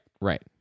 Right